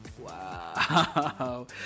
Wow